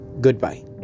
Goodbye